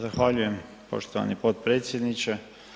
Zahvaljujem poštovani potpredsjedniče.